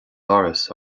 doras